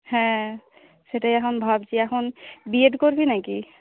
হ্যাঁ সেটাই এখন ভাবছি এখন বিএড করবি নাকি